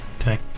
Okay